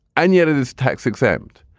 and yet it is tax exempt.